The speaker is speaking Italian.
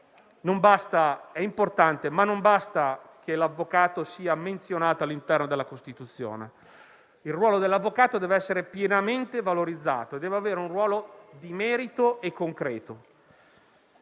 è importante, ma non basta che l'avvocato sia menzionato all'interno della Costituzione. Il ruolo dell'avvocato dev'essere pienamente valorizzato e dev'essere di merito e concreto.